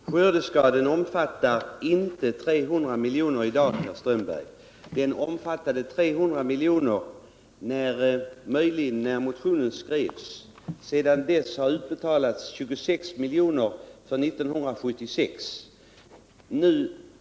Herr talman! Skördeskadefonden omfattar inte 300 milj.kr. i dag, herr Strömberg. Den omfattade möjligen 300 milj.kr. när motionen skrevs. Sedan dess har utbetalats 26 milj.kr. för 1976.